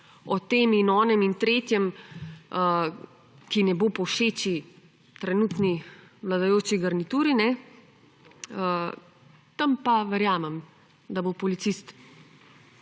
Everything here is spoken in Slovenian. o tem in onem in tretjem, ki ne bo povšeči trenutni vladajoči garnituri, tam pa verjamem, da bo policist